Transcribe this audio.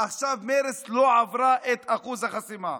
ועכשיו מרץ לא עברה את אחוז החסימה.